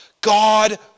God